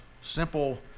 simple